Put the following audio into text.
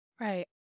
Right